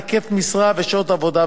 היקף משרה ושעות עבודה ומנוחה.